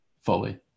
fully